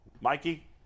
Mikey